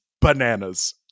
bananas